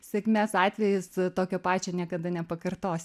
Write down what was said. sėkmės atvejis tokio pačio niekada nepakartos